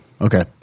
okay